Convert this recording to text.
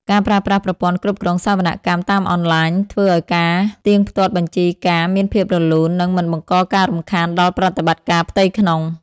ការប្រើប្រាស់ប្រព័ន្ធគ្រប់គ្រងសវនកម្មតាមអនឡាញ ធ្វើឱ្យការផ្ទៀងផ្ទាត់បញ្ជីការមានភាពរលូន និងមិនបង្កការរំខានដល់ប្រតិបត្តិការផ្ទៃក្នុង។